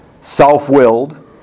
self-willed